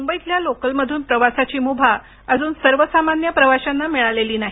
मुंबईतल्या लोकलमधून प्रवासाची मुभा अजून सर्वसामान्य प्रवाशांना मिळालेली नाही